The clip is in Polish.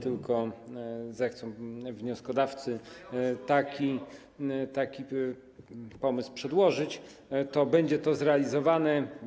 Jeżeli tylko zechcą wnioskodawcy taki pomysł przedłożyć, to będzie to zrealizowane.